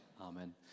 Amen